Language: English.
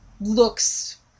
looks